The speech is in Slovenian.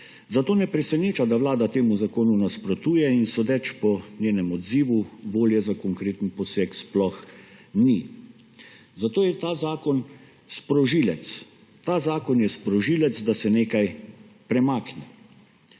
Zato ne preseneča, da Vlada temu zakonu nasprotuje in sodeč po njenem odzivu volje za konkreten poseg sploh ni. Zato je ta zakon sprožilec; ta zakon je sprožilec, da se nekaj premakne.